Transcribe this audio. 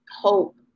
hope